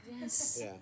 Yes